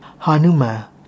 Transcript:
Hanuma